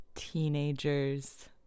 teenagers